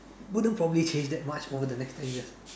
wouldn't probably change that much over the next ten years